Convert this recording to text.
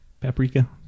Paprika